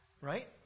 Right